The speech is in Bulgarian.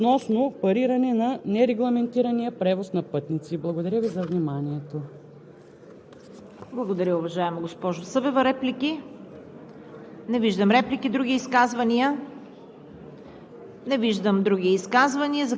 считам, че ще подкрепите предложените текстове с приемането и влизането в сила, на които ще бъде разрешен така сериозният проблем относно париране на нерегламентирания превоз на пътници. Благодаря Ви за вниманието.